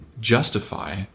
justify